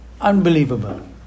unbelievable